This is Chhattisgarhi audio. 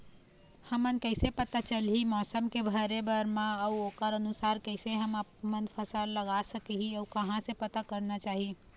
हमन कैसे पता चलही मौसम के भरे बर मा अउ ओकर अनुसार कैसे हम आपमन फसल लगा सकही अउ कहां से पता करना चाही?